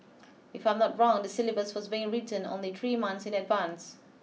if I'm not wrong the syllabus was being written only three months in advance